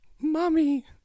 Mommy